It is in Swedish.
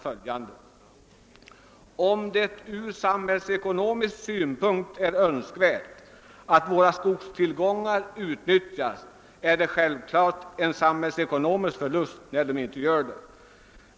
följande: »Om det ur samhällsekonomisk synpunkt är önskvärt att våra skogstillgångar utnyttjas är det självfallet en samhällsekonomisk förlust när de inte gör det.